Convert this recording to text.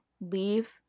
leave